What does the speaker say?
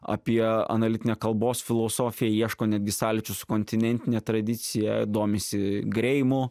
apie analitinę kalbos filosofiją ieško netgi sąlyčio su kontinentine tradicija domisi greimu